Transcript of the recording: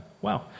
Wow